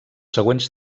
següents